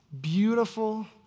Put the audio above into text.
beautiful